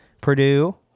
Purdue